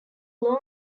long